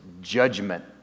judgment